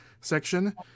section